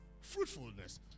fruitfulness